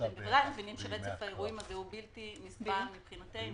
רצף האירועים הוא בלתי נסבל מבחינתנו.